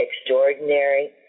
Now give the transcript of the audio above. extraordinary